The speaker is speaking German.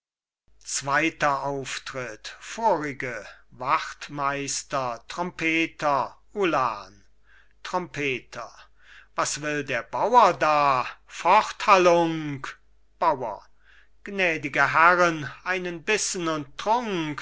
zweiter auftritt vorige wachtmeister trompeter ulan trompeter was will der bauer da fort halunk bauer gnädige herren einen bissen und trunk